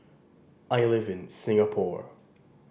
I live in Singapore